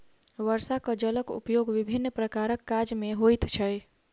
वर्षाक जलक उपयोग विभिन्न प्रकारक काज मे होइत छै